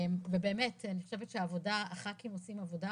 אני חושבת שהח"כים עושים עבודה,